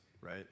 right